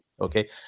Okay